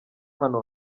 hano